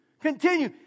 continue